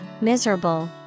miserable